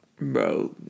bro